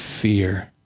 fear